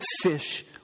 fish